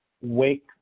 wake